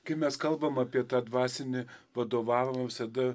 kai mes kalbam apie tą dvasinį vadovavimą visada